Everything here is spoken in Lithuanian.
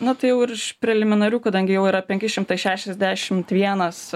na tai jau iš preliminarių kadangi jau yra penki šimtai šešiasdešimt vienas